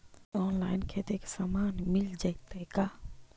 Online खेती के सामान मिल जैतै का?